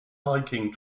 hiking